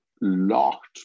locked